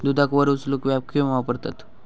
दुधाक वर उचलूक वॅक्यूम वापरतत